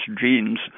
genes